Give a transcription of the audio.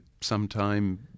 sometime